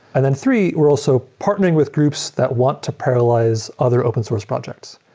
and then, three, we're also partnering with groups that want to parallelize other open source projects.